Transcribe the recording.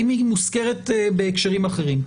אם היא מוזכרת בהקשרים אחרים.